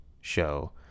show